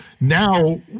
now